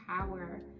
power